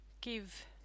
Give